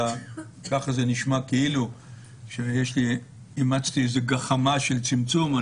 ככה זה נשמע כאילו אימצתי איזו גחמה של צמצום.